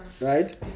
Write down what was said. right